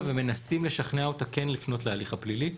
ומנסים לשכנע אותה כן לפנות להליך הפלילי,